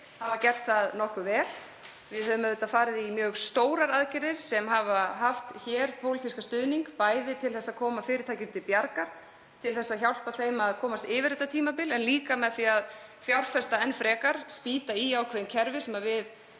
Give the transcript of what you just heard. hafa gert það nokkuð vel. Við höfum farið í mjög stórar aðgerðir sem hafa haft hér pólitískan stuðning, bæði til að koma fyrirtækjum til bjargar, til að hjálpa þeim að komast yfir þetta tímabil, en líka með því að fjárfesta enn frekar og spýta í í ákveðnum kerfum sem við